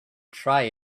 try